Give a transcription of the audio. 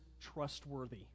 trustworthy